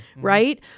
right